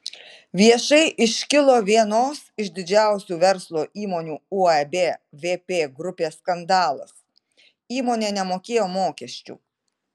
viešai iškilo vienos iš didžiausių verslo įmonių uab vp grupė skandalas įmonė nemokėjo mokesčių